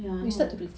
ya I know